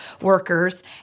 workers